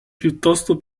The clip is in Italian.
piuttosto